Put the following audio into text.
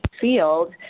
field